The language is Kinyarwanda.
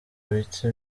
biti